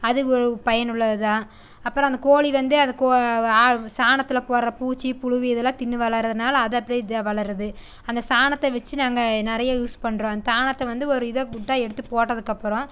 அது பயனுள்ளது தான் அப்புறம் அந்த கோழி வந்து சாணத்தில் போடுகிற பூச்சி புழு இதெல்லாம் தின்று வளர்றதுனால் அது அப்படி வளருது அந்த சாணத்தை வச்சு நாங்கள் நிறையா யூஸ் பண்ணுறோம் சாணத்தை வந்து ஒரு இதாக முட்டாக எடுத்து போட்டதுக்கப்புறம்